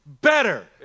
better